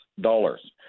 dollars